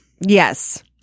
Yes